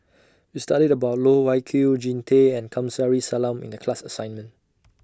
We studied about Loh Wai Kiew Jean Tay and Kamsari Salam in The class assignment